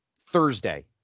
Thursday